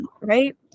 Right